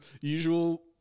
usual